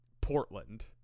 Portland